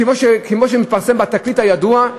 כמו שמתפרסם בתקליט הידוע,